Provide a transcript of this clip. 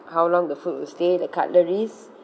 how long the food will stay the cutleries